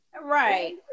Right